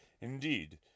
Indeed